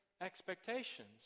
expectations